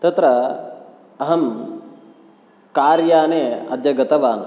तत्र अहं कार्याने अद्य गतवान्